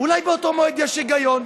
אולי באותו מועד יש היגיון,